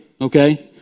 Okay